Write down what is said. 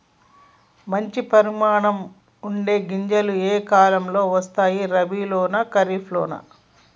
మంచి పరిమాణం ఉండే గింజలు ఏ కాలం లో వస్తాయి? రబీ లోనా? ఖరీఫ్ లోనా?